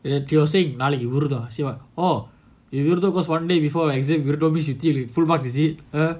if you are say what one day before your exam நாளைக்குவிரதம்:nalaikku viratham !huh!